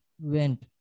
went